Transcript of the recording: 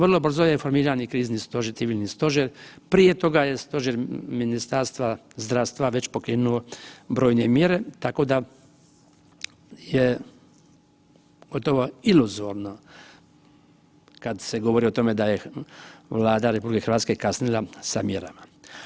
Vrlo brzo je formiran i krizni i civilni stožer, prije toga je stožer Ministarstva zdravstva već pokrenuo brojne mjere tako da je gotovo iluzorno kada se govori o tome da je Vlada RH kasnila sa mjerama.